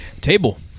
Table